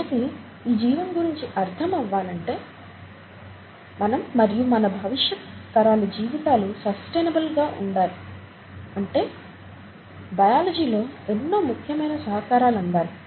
మనకి ఈ జీవం గురించి అర్థం అవ్వాలంటే మన మరియు మన భవిష్యత్తు తరాల జీవితాలు సస్టైనబుల్ గా బాగా ఉండాలి అంటే బయాలజీలో ఎన్నో ముఖ్యమైన సహకారాలు అందాలి